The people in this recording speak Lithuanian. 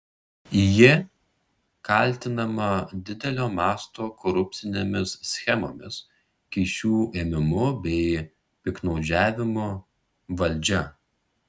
ji kaltinama didelio masto korupcinėmis schemomis kyšių ėmimu bei piktnaudžiavimu valdžia